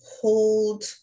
hold